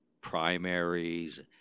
primaries